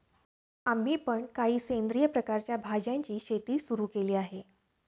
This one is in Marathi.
आम्ही पण काही सेंद्रिय प्रकारच्या भाज्यांची शेती सुरू केली आहे